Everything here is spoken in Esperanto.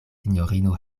sinjorino